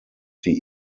die